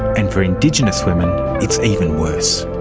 and for indigenous women it's even worse.